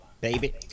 baby